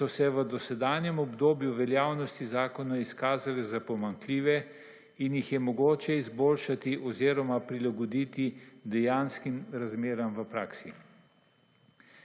ki so se v dosedanjem obdobju veljavnosti zakona izkazale za pomanjkljive, in jih je mogoče izboljšati oziroma prilagoditi dejanskim razmeram v praksi.